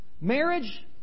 Marriage